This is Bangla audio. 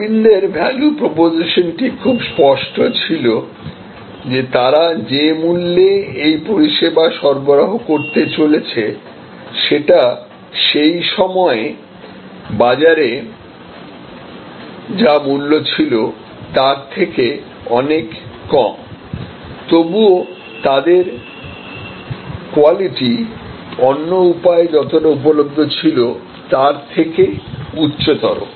অরবিন্দ এর ভ্যালু প্রপোজিশনটি খুব স্পষ্ট ছিল যে তারা যে মূল্যে এই পরিষেবা সরবরাহ করতে চলেছে সেটা সেই সময়ে বাজারে যা মূল্য ছিল তার চেয়ে অনেক কম তবুও তাদের কোয়ালিটি অন্য উপায়ে যতটা উপলব্ধ ছিল তার চেয়ে উচ্চতর